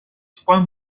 trois